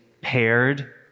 paired